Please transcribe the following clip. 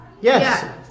Yes